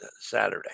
Saturday